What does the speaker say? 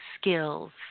skills